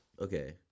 Okay